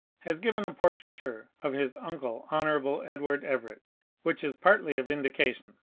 has given a portraiture of his uncle hon. edward everett which is partly a vindication.